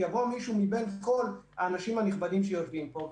יבוא מישהו מבין כל האנשים הנכבדים שיושבים פה,